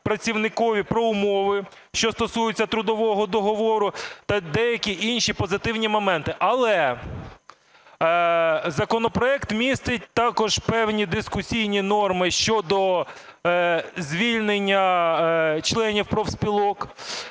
працівникові про умови, що стосуються трудового договору, та деякі інші позитивні моменти. Але законопроект містить також певні дискусійні норми щодо звільнення членів профспілок.